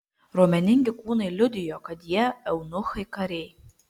raumeningi kūnai liudijo kad jie eunuchai kariai